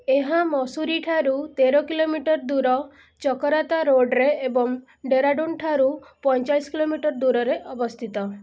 ଏହା ମସୁରୀଠାରୁ ତେର କିଲୋମିଟର ଦୂର ଚକରାତା ରୋଡ଼ରେ ଏବଂ ଡେରାଡ଼ୁନ ଠାରୁ ପଇଁଚାଳିସ କିଲୋମିଟର ଦୂରରେ ଅବସ୍ଥିତ